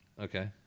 Okay